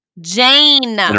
Jane